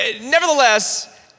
Nevertheless